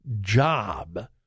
job